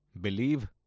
believe